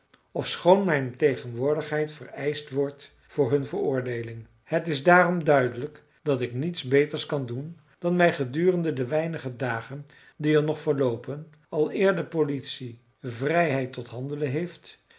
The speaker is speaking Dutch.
ofschoon mijn tegenwoordigheid vereischt wordt voor hun veroordeeling het is daarom duidelijk dat ik niets beters kan doen dan mij gedurende de weinige dagen die er nog verloopen aleer de politie vrijheid tot handelen heeft